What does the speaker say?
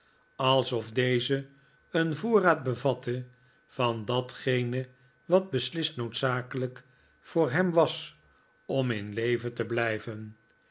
alsof deze een voorraad bevatte van datgene wat beslist noodzakelijk voor hem was om in leven te blijven